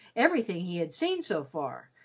everything he had seen so far,